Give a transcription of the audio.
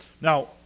Now